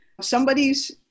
Somebody's